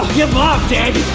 give up, daniel.